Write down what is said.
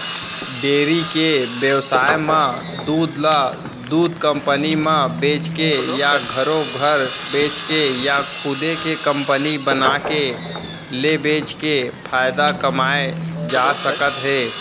dairy के बेवसाय म दूद ल दूद कंपनी म बेचके या घरो घर बेचके या खुदे के कंपनी बनाके ले बेचके फायदा कमाए जा सकत हे